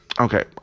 okay